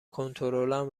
کنترلم